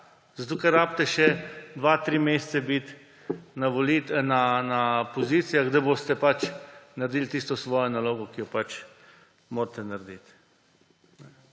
tega ker rabite še dva, tri mesece biti na pozicijah, da boste naredili svojo nalogo, ki jo pač morate narediti.